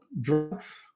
drugs